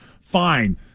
Fine